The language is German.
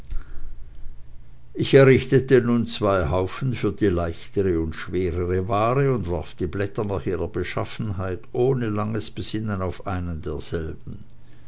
ich errichtete nun zwei haufen für die leichtere und schwerere ware und warf die blätter nach ihrer beschaffenheit ohne langes besinnen auf einen derselben